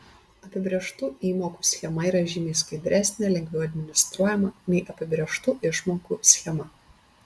apibrėžtų įmokų schema yra žymiai skaidresnė lengviau administruojama nei apibrėžtų išmokų schema